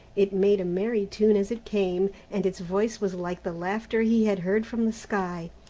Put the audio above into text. it made a merry tune as it came, and its voice was like the laughter he had heard from the sky.